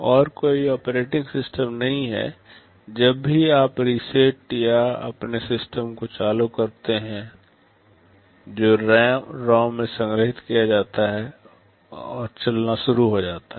और कोई operating system नहीं है जब भी आप रीसेट या अपने सिस्टम को चालू करते हैं जो रौम में संग्रहीत किया जाता है चलना शुरू होता है